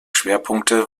schwerpunkte